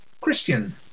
Christian